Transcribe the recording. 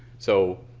so,